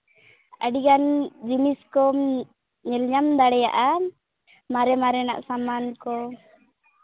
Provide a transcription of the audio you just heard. ᱟᱹᱰᱤᱜᱟᱱ ᱡᱤᱱᱤᱥ ᱠᱚᱢ ᱧᱮᱞ ᱧᱟᱢ ᱫᱟᱲᱮᱭᱟᱜᱼᱟ ᱢᱟᱨᱮ ᱢᱟᱨᱮᱱᱟᱜ ᱥᱟᱢᱟᱱ ᱠᱚ